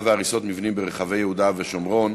והריסות מבנים ברחבי יהודה ושומרון,